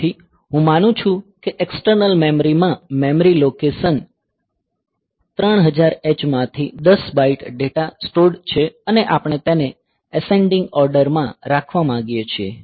તેથી હું માનું છું કે એક્સટર્નલ મેમરી માં મેમરી લોકેશન 3000 h માંથી 10 બાઇટ ડેટા સ્ટોર્ડ છે અને આપણે તેને એસેંડિંગ ઓર્ડર માં રાખવા માંગીએ છીએ